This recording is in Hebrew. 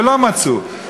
ולא מצאו.